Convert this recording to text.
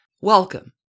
Welcome